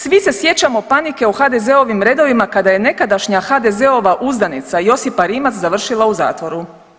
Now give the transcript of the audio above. Svi se sjećamo panike u HDZ-ovim redovima kada je nekadašnja HDZ-ova uzdanica Josipa Rimac završila u zatvoru.